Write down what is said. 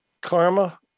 karma